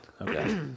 Okay